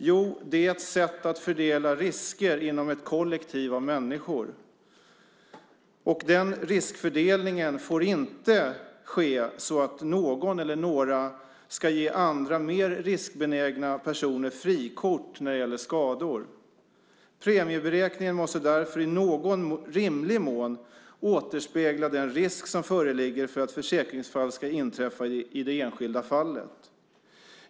Jo, det är ett sätt att fördela risker inom ett kollektiv av människor. Den riskfördelningen får inte ske så att någon eller några ska ge andra, mer riskbenägna, personer frikort när det gäller skador. Premieberäkningen måste därför i någon rimlig mån återspegla den risk som föreligger för att försäkringsfall ska inträffa i det enskilda fallet.